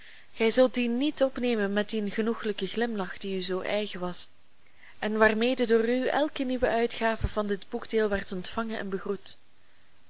gij zult dien niet opnemen met dien genoegelijken glimlach die u zoo eigen was en waarmede door u elke nieuwe uitgave van dit boekdeel werd ontvangen en begroet